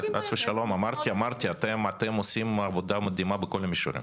אמרתי אתם עושים עבודה מדהימה בכל המישורים.